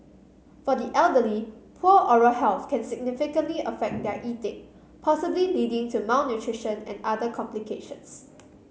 for the elderly poor oral health can significantly affect their eating possibly leading to malnutrition and other complications